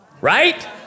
Right